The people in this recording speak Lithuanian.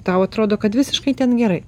tau atrodo kad visiškai ten gerai